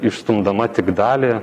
išstumdama tik dalį